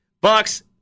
Bucks